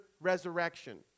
resurrection